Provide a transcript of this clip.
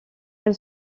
elle